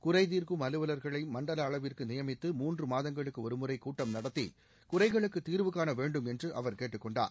குறைதீர்க்கும் அலுவலர்களை மண்டல அளவிற்கு நியமித்து மூன்று மாதங்களுக்கு ஒருமுறை கூட்டம் நடத்தி குறைகளுக்கு தீர்வு காண வேண்டும் என்று அவர் கேட்டுக் கொண்டார்